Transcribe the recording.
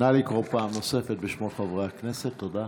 נא לקרוא פעם נוספת בשמות חברי הכנסת, תודה.